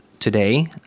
today